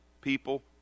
people